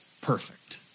perfect